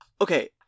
Okay